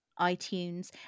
iTunes